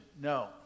No